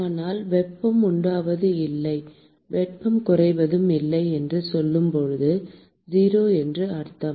ஆனால் வெப்பம் உண்டாவதும் இல்லை வெப்பம் குறைவதும் இல்லை என்று சொல்லும் போது 0 என்று அர்த்தம்